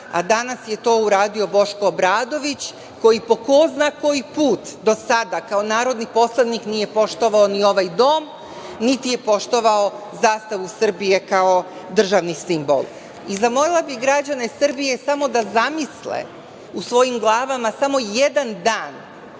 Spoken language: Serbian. a danas je to uradio Boško Obradović, koji po ko zna koji put do sada, kao narodni poslanik, nije poštovao ni ovaj dom, niti je poštovao zastavu Srbije kao državni simbol. Zamolila bih građane Srbije samo da zamisle u svojim glavama samo jedan dan